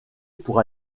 pour